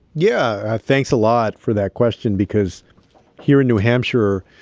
yeah, thanks a lot for that question because here in new hampshire,